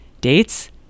Dates